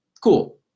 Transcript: cool